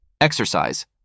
Exercise